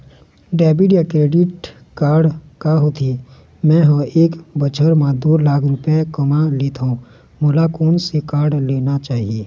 Debit या credit card का होथे, मे ह एक बछर म दो लाख रुपया कमा लेथव मोला कोन से कारड लेना चाही?